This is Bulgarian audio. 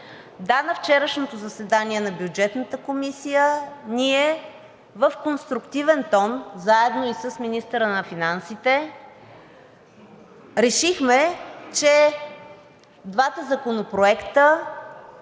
Да, на вчерашното заседание на Бюджетната комисия ние в конструктивен тон заедно и с министъра на финансите решихме, че двата законопроекта